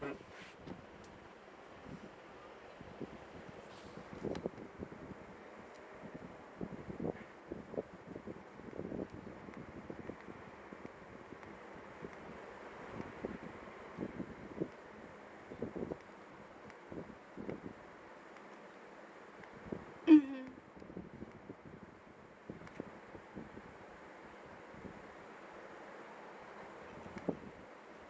mmhmm